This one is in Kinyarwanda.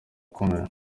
ukomeye